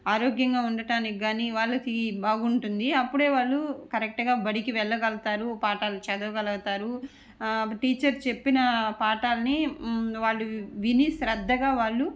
ఆరోగ్యంగా ఉండడానికి కాని వాళ్ళకి బాగుంటుంది అప్పుడు వాళ్ళు కరెక్ట్గా బడికి వెళ్ళగలుగుతారు పాఠాలు చదవగలుగుతారు టీచర్ చెప్పిన పాఠాలని వాళ్ళు విని శ్రద్ధగా వాళ్ళు